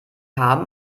haben